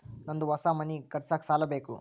ನಂದು ಹೊಸ ಮನಿ ಕಟ್ಸಾಕ್ ಸಾಲ ಬೇಕು